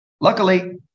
luckily